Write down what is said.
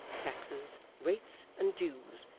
taxes, rates, and dues,